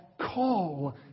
call